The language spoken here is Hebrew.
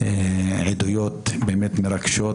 עדויות באמת מרגשות